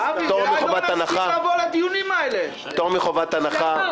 -- פטור מחובת הנחה לחוק.